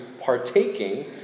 partaking